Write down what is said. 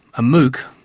a mooc,